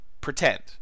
pretend